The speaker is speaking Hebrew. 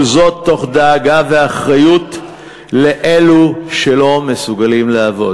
כל זאת תוך דאגה ואחריות לאלו שלא מסוגלים לעבוד.